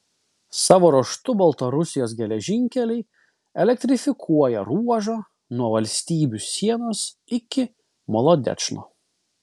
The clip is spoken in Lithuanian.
savo ruožtu baltarusijos geležinkeliai elektrifikuoja ruožą nuo valstybių sienos iki molodečno